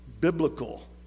biblical